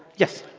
yes.